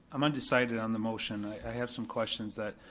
i'm undecided on the motion. i have some questions that,